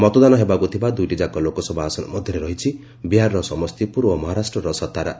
ମତଦାନ ହେବାକୁଥିବା ଦୁଇଟିଯାକ ଲୋକସଭା ଆସନ ମଧ୍ୟରେ ରହିଛି ବିହାରର ସମସ୍ତିପୁର ଓ ମହାରାଷ୍ଟ୍ରର ସତାରା